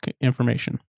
information